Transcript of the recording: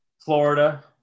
Florida